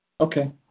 Okay